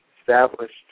established